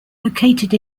located